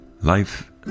life